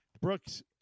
Brooks